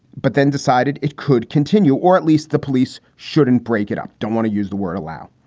but then decided it could continue. or at least the police shouldn't break it up. don't want to use the word allow.